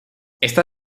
esta